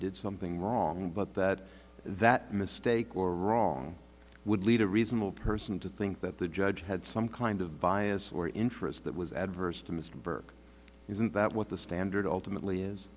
did something wrong but that that mistake or wrong would lead a reasonable person to think that the judge had some kind of bias or interest that was adverse to mr burke isn't that what the standard ultimately is